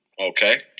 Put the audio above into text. Okay